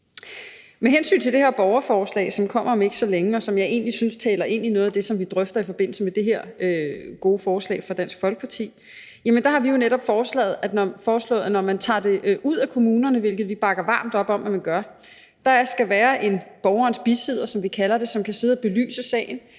Med hensyn til det her borgerforslag, som kommer om ikke så længe, og som jeg egentlig synes taler ind i noget af det, som vi drøfter i forbindelse med det her gode forslag fra Dansk Folkeparti, har vi jo netop foreslået, at når man tager det væk fra kommunerne, hvilket vi bakker varmt op om at man gør, skal der være en borgerens bisidder, som vi kalder det, og som kan sidde og belyse sagen